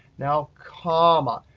now comma.